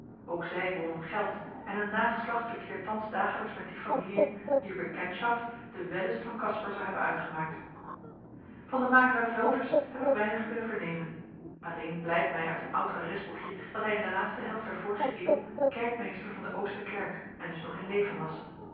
ook zij wonnen geld en hun nageslacht verkeert thans dagelijks met die familiën wier bekäntschafft de wellust van caspar zoû hebben uitgemaakt van den makelaar velters heb ik weinig kunnen vernemen alleen blijkt mij uit een oud adresboekje dat hij in de laatste helft der vorige eeuw kerkmeester van de ooster kerk en dus nog in leven was